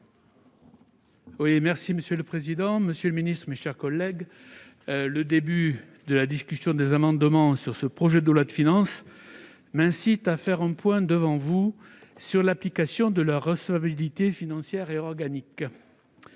Monsieur le président, monsieur le ministre, mes chers collègues, le début de la discussion des amendements sur ce projet de loi de finances m'incite à faire un point devant vous sur l'application des dispositions relatives à leur recevabilité financière et organique.